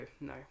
no